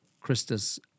Christus